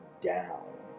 down